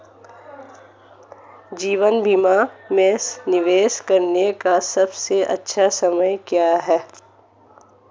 जीवन बीमा में निवेश करने का सबसे अच्छा समय क्या है?